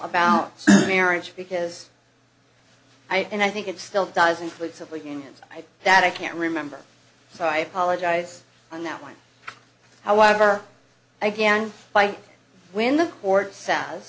about marriage because i and i think it still does include civil unions i that i can't remember so i apologize on that one however again by when the court s